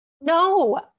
No